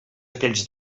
aquells